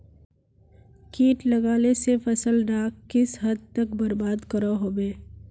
किट लगाले से फसल डाक किस हद तक बर्बाद करो होबे?